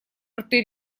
рты